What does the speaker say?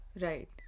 Right